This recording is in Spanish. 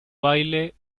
baile